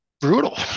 brutal